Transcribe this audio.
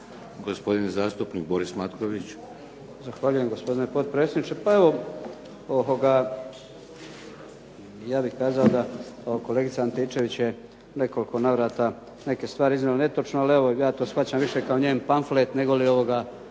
Gospodin zastupnik Berislav